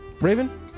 Raven